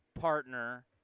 partner